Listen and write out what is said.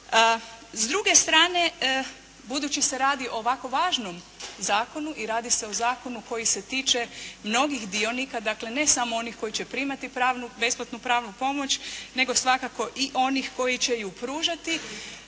S druge strane, budući se radi o ovako važnom Zakonu i radi se o Zakonu koji se tiče mnogih dionika, dakle, ne samo onih koji će primati pravnu, besplatnu pravnu pomoć nego svakako i onih koji će ju pružati.